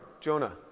Jonah